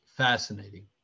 Fascinating